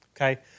okay